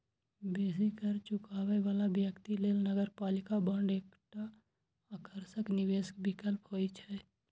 बेसी कर चुकाबै बला व्यक्ति लेल नगरपालिका बांड एकटा आकर्षक निवेश विकल्प होइ छै